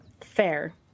Fair